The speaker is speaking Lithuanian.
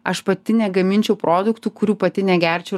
aš pati negaminčiau produktų kurių pati negerčiau ir